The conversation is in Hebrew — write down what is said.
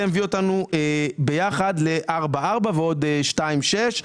זה מביא אותנו ביחד ל-4.4% ועוד 2.6%,